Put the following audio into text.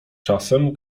czasem